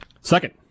second